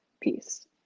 peace